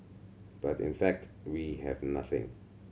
but in fact we have nothing